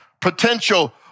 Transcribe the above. potential